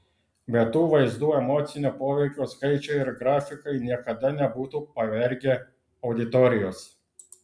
be tų vaizdų emocinio poveikio skaičiai ir grafikai niekada nebūtų pavergę auditorijos